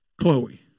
Chloe